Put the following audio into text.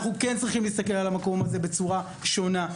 אנחנו צריכים להסתכל על המקום הזה בצורה שונה,